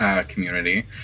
community